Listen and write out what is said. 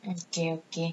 okay okay